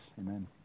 Amen